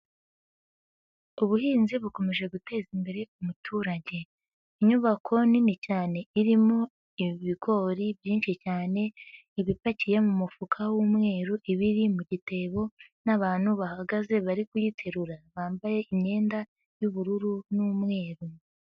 Ubuhinzi bukomeje guteza imbere umuturage, inyubako nini cyane irimo ibigori byinshi cyane ibipakiye mu mufuka w'umweru, ibiri mu gitebo n'abantu bahagaze bari kuyiterura bambaye imyenda y'ubururu n'umweru.